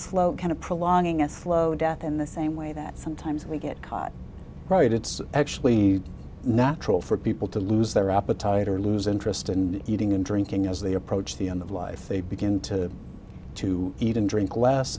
slow kind of prolonging a slow death in the same way that sometimes we get caught right it's actually natural for people to lose their appetite or lose interest in eating and drinking as they approach the end of life they begin to to eat and drink less